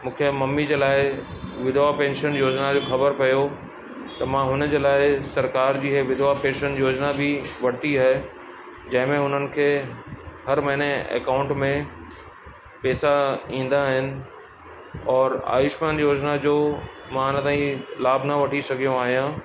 मूंखे मम्मी जे लाइ विधवा पैंशन योजिना जो ख़बर पियो त मां हुनजे लाइ सरकारि जी हे विधवा पैंशन योजिना बि वरिती आहे जंहिं में हुननि खे हर महीने एकाउंट में पैसा ईंदा आहिनि और आयुष्मान योजिना जो मां हाणे ताईं लाभ न वठी सघियो आहियां